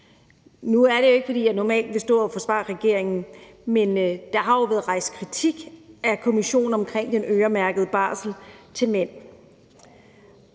Nu er det ikke, fordi jeg normalt vil stå og forsvare regeringen, men der har jo været rejst kritik af Kommissionen omkring den øremærkede barsel til mænd,